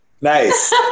Nice